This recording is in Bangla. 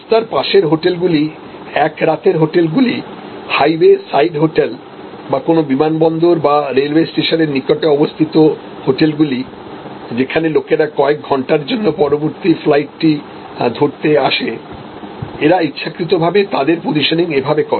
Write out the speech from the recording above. রাস্তার পাশের হোটেলগুলি এক রাতের হোটেলগুলি হাইওয়ে সাইড হোটেল বাকোনও বিমানবন্দর বা রেলওয়ে স্টেশনের নিকটে অবস্থিত হোটেলগুলি যেখানে লোকেরা কয়েক ঘন্টার জন্য পরবর্তী ফ্লাইটটি ধরতে আসে এরা ইচ্ছাকৃতভাবে তাদের পজিশনিং এভাবে করে